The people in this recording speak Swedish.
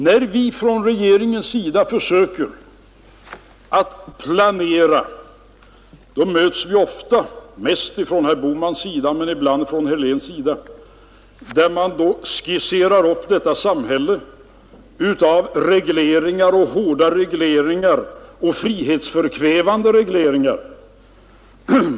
När vi från regeringens sida försöker planera möts vi ofta — mest från herr Bohmans sida men ibland även från herr Heléns sida — av den invändningen att vi skisserar upp ett samhälle av hårda och frihetsförkvävande regleringar.